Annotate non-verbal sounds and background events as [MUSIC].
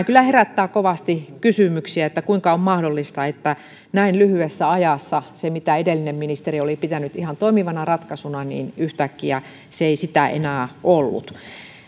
[UNINTELLIGIBLE] kyllä herättää kovasti kysymyksiä kuinka on mahdollista että näin lyhyessä ajassa se mitä edellinen ministeri oli pitänyt ihan toimivana ratkaisuna yhtäkkiä ei sitä enää ollut